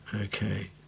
Okay